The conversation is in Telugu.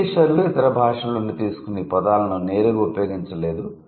బ్రిటీషర్లు ఇతర భాషల నుండి తీసుకున్న ఈ పదాలను నేరుగా ఉపయోగించలేదు